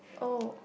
oh